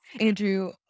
Andrew